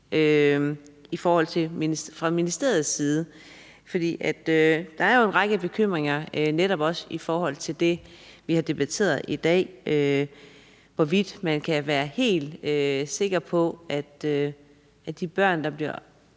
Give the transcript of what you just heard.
fra ministeriets side, for der er jo en række bekymringer netop også i forhold til det, vi har debatteret i dag, nemlig hvorvidt man kan være helt sikker på, at de børn, der bliver